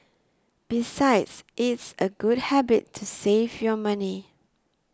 besides it's a good habit to save your money